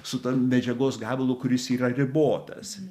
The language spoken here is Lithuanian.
su tuo medžiagos gabalu kuris yra ribotas